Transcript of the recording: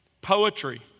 Poetry